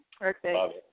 Perfect